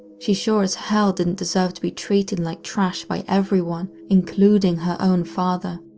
she sure as hell didn't deserve to be treated like trash by everyone, including her own father.